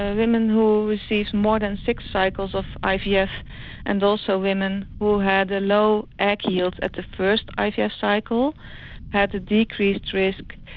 women who received more than six cycles of ivf yeah and also women who had a low egg yield at the first ivf yeah cycle had a decreased risk,